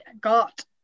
got